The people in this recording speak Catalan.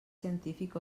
científic